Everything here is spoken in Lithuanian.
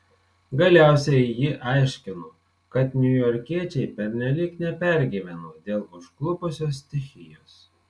galiausiai ji aiškino kad niujorkiečiai pernelyg nepergyveno dėl užklupusios stichijos